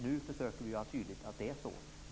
Nu försöker vi göra tydligt att det är så.